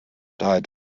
died